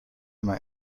immer